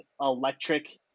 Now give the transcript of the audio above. electric